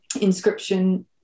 inscription